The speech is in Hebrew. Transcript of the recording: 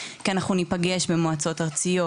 כי אנחנו נפגש במועצות ארציות,